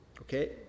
Okay